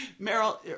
Meryl